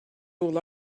all